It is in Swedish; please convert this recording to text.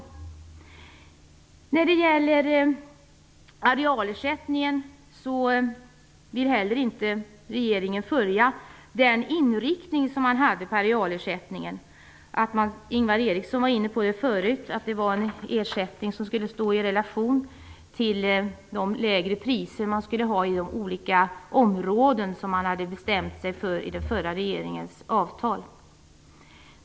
Inte heller när det gäller arealersättningen vill regeringen följa den tidigare inriktningen. Ingvar Eriksson var inne på det förut. Det var en ersättning som skulle stå i relation till de lägre priser i de olika områdena som man hade bestämt sig för i den förra regeringens avtal.